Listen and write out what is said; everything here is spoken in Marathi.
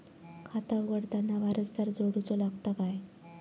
खाता उघडताना वारसदार जोडूचो लागता काय?